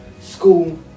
school